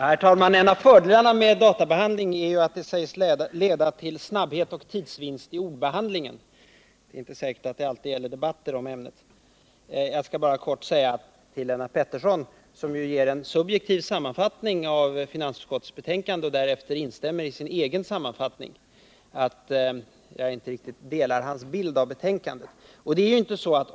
Herr talman! En av fördelarna med datatekniken är att den sägs leda till snabbhet och tidsvinst i ordbehandlingen. Därmed inte sagt att det alltid gäller debatter i ämnet. Jag skall bara kort säga till Lennart Pettersson, som ger en subjektiv sammanfattning av finansutskottets betänkande och därefter instämmer i sin egen sammanfattning, att jag inte riktigt delar hans uppfattning om betänkandet.